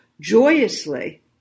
joyously